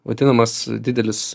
vadinamas didelis